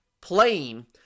playing